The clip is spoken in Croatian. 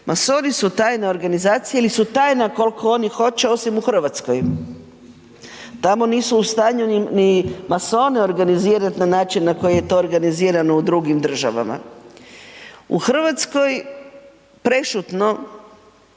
masoni su tajne organizacije ili su tajna kolko oni hoće osim u RH, tamo nisu u stanju ni, ni masoni organizirat na način na koji je to organizirano u drugim državama. U RH prešutno